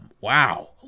Wow